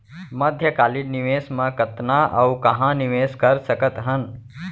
मध्यकालीन निवेश म कतना अऊ कहाँ निवेश कर सकत हन?